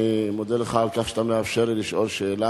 אני מודה לך על כך שאתה מאפשר לי לשאול שאלה.